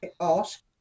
ask